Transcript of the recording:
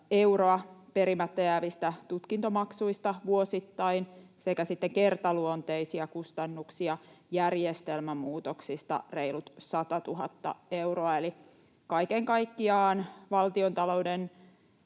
perimättä jäävistä tutkintomaksuista vuosittain sekä sitten kertaluonteisia kustannuksia järjestelmämuutoksista reilut 100 000 euroa. Eli kaiken kaikkiaan valtiontalouden